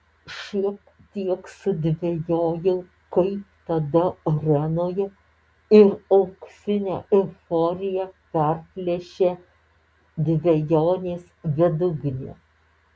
šiek tiek sudvejojau kaip tada arenoje ir auksinę euforiją perplėšė dvejonės bedugnė